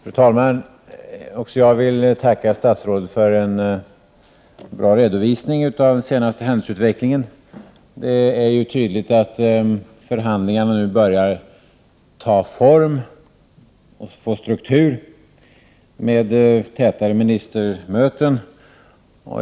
Fru talman! Också jag vill tacka statsrådet för en bra redovisning av den senaste händelseutvecklingen. Det är tydligt att förhandlingarna i och med tätare ministermöten nu börjar ta form och få struktur.